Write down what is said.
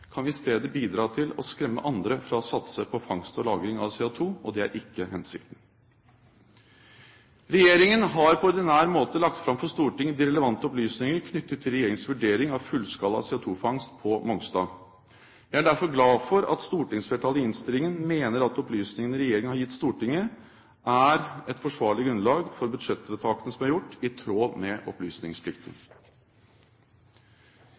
kan vi i stedet bidra til å skremme andre fra å satse på fangst og lagring av CO2, og det er ikke hensikten. Regjeringen har på ordinær måte lagt fram for Stortinget de relevante opplysninger knyttet til regjeringens vurdering av fullskala CO2-fangst på Mongstad. Jeg er derfor glad for at stortingsflertallet i innstillingen mener at opplysningene regjeringen har gitt Stortinget, er et forsvarlig grunnlag for budsjettvedtakene som er gjort i tråd med opplysningsplikten.